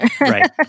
Right